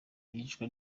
iyicwa